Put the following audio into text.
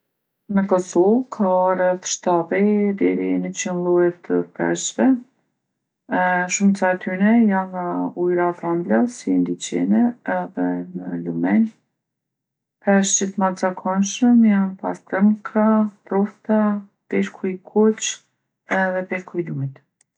Në Kosovë ka rreth shtadhet deri niqin lloje të peshqve. Shumica e tyne janë në ujra t'ëmbla, si n'liqene edhe në lumenj. Peshqit ma t'zakonshëm janë pastërmka, trofta, peshku i kuq edhe peshku i lumit.